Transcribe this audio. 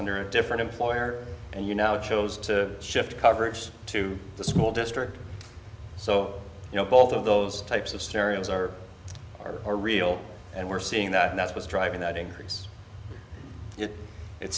under a different employer and you know it chose to shift coverage to the school district so you know both of those types of scenarios are are real and we're seeing that and that's what's driving that increase it